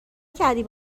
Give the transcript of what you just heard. کردی